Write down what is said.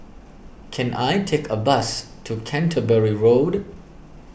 can I take a bus to Canterbury Road